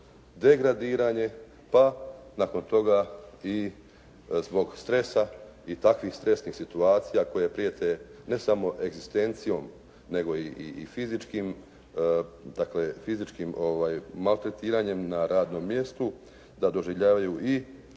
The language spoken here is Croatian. degradiranje pa nakon toga i zbog stresa i takvih stresnih situacija koje prijete ne samo egzistencijom nego i fizičkim dakle fizičkim maltretiranjem na radnom mjestu da doživljavaju i